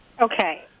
Okay